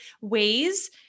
ways